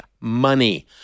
money